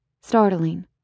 startling